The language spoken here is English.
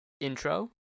intro